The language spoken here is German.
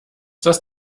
das